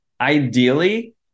ideally